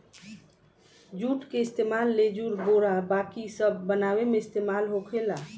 जुट के इस्तेमाल लेजुर, बोरा बाकी सब बनावे मे इस्तेमाल होखेला